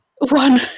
one